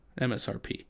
MSRP